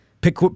Pick